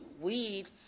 weed